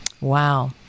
Wow